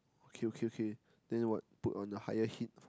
okay okay okay then what put on a higher heat